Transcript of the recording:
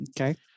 Okay